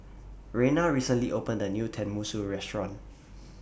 Reina recently opened A New Tenmusu Restaurant